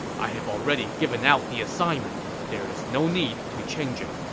i have already given out the assignment. there's no need to change it.